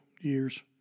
years